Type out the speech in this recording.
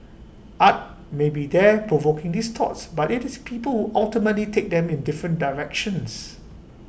art may be there provoking these thoughts but IT is people who ultimately take them in different directions